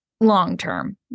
long-term